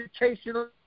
educational